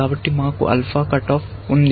కాబట్టి మాకు alpha cut off ఉంది